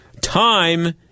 time